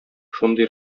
шундый